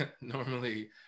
normally